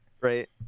Right